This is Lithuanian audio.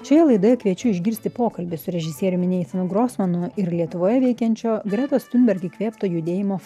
šioje laidoje kviečiu išgirsti pokalbį su režisieriumi neitenu grosmanu ir lietuvoje veikiančio gretos tiunberg įkvėpto judėjimo